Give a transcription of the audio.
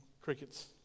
Crickets